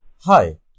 hi